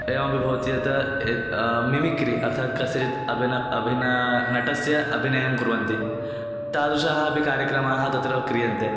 एवमपि भवति यत् मिमिक्रि अर्थात् कस्यचित् अभिनयम् अभिनयं नटस्य अभिनयं कुर्वन्ति तादृशाः अपि कार्यक्रमाः तत्र क्रियन्ते